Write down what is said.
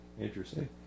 Interesting